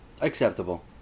Acceptable